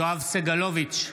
יואב סגלוביץ'